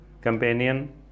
companion